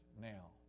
now